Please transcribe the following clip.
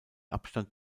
abstand